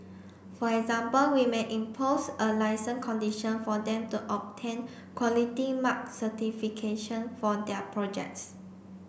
for example we may impose a licence condition for them to obtain Quality Mark certification for their projects